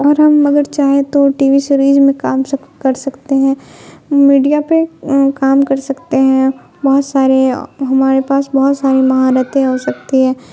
اور ہم اگر چاہیں تو ٹی وی سیریز میں کام سب کر سکتے ہیں میڈیا پہ کام کر سکتے ہیں بہت سارے ہمارے پاس بہت ساری مہارتیں ہو سکتی ہیں